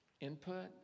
Input